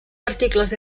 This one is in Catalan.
articles